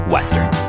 Western